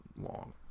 long